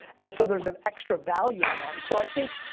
and so there's an extra value on that. and so i think,